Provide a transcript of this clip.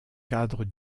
cadre